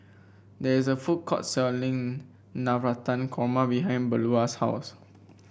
there is a food court selling Navratan Korma behind Beula's house